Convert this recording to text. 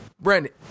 Brandon